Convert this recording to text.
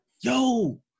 yo